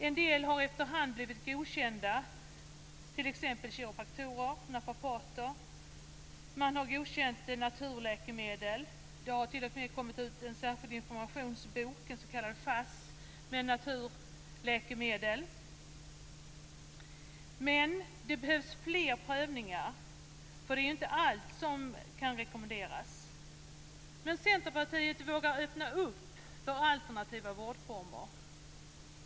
En del har efterhand blivit godkända, t.ex. kiropraktorer, naprapater och naturläkemedel - det har t.o.m. kommit ut en särskild informationsbok, en s.k. Fass, för naturläkemedel. Men fler behandlingar måste genomgå en prövning. Det är ju inte allt som kan rekommenderas. Centerpartiet vågar öppna för alternativa vårdformer.